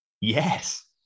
Yes